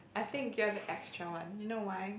I think you're the extra one you know why